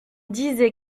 disait